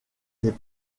des